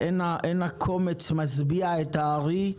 אין הקומץ משביע את הארי,